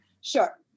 Sure